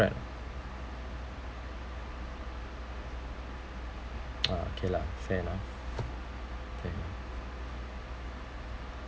correct ah okay lah fair enough okay